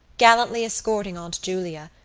gallantly escorting aunt julia,